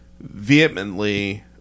vehemently